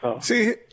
See